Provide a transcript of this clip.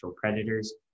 Predators